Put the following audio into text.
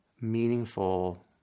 meaningful